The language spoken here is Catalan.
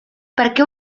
perquè